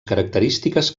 característiques